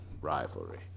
rivalry